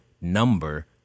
number